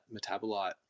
metabolite